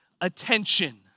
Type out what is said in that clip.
attention